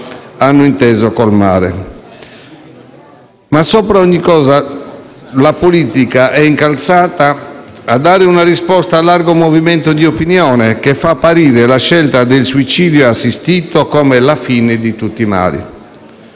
hanno inteso colmare. Ma, sopra ogni cosa, la politica è incalzata a dare una risposta al largo movimento di opinione che fa apparire la scelta del suicidio assistito come la fine di tutti i mali.